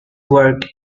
work